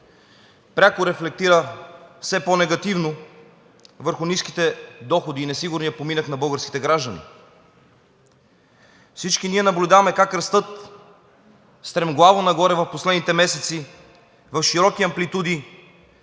пряко рефлектира все по-негативно върху ниските доходи и несигурния поминък на българските граждани. Всички ние наблюдаваме как растат стремглаво нагоре в последните месеци в широки амплитуди